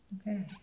Okay